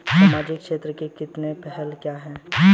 सामाजिक क्षेत्र की पहल क्या हैं?